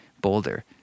Boulder